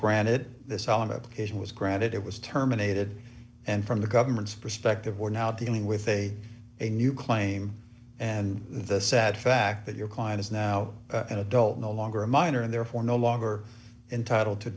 granted this all indication was granted it was terminated and from the government's perspective we're now dealing with a new claim and the sad fact that your client is now an adult no longer a minor and therefore no longer entitled to